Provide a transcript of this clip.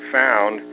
found